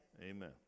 Amen